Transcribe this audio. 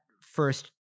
first